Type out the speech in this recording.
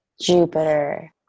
Jupiter